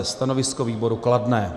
Stanovisko výboru kladné.